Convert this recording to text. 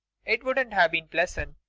it wouldn't have been pleasant,